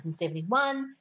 1971